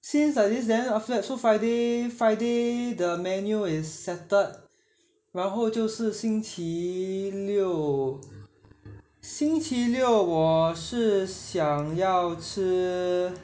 since I this then after that so friday friday the menu is settled 然后就是星期六星期六我是想要吃